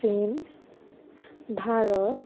চীন ভাৰত